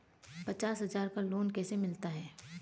पचास हज़ार का लोन कैसे मिलता है?